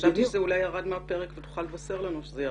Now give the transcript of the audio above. חשבתי שאולי זה ירד מהפרק ותוכל לבשר לנו ע כך.